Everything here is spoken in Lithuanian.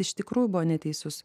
iš tikrųjų buvo neteisus